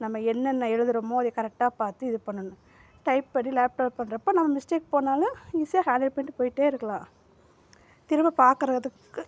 நம்ம என்னென்ன எழுதுறமோ அது கரெக்டாக பார்த்து இது பண்ணனும் டைப் பண்ணி லேப்டாப் பண்ணுறப்ப நாங்கள் மிஸ்டேக் பண்ணாலும் ஈஸியாக ஹேண்ட்ல் பண்ணி போயிகிட்டே இருக்கலாம் திரும்ப பார்க்குறதுக்கு